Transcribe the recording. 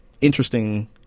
interesting